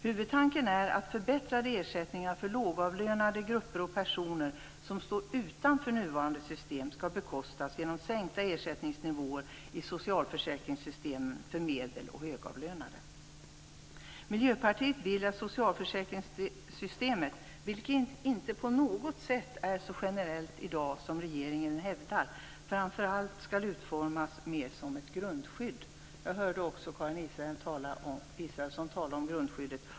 Huvudtanken är att förbättrade ersättningar för lågavlönade grupper och personer som står utanför nuvarande system skall bekostas genom sänkta ersättningsnivåer i socialförsäkringssystemen för medeloch högavlönade. Vi i Miljöpartiet vill att socialförsäkringssystemet, vilket i dag inte på något sätt är så generellt som regeringen hävdar, framför allt skall utformas mera som ett grundskydd. Karin Israelsson talade också om grundskyddet.